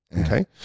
Okay